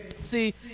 See